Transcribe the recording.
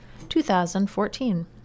2014